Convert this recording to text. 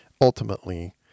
ultimately